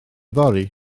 fory